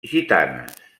gitanes